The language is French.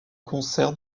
concerts